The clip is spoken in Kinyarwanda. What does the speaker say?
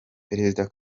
perezida